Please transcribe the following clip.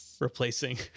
replacing